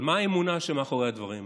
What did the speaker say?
אבל מה האמונה שמאחורי הדברים האלה?